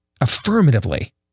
affirmatively